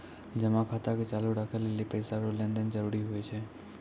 जमा खाता के चालू राखै लेली पैसा रो लेन देन जरूरी हुवै छै